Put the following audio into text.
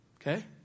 Okay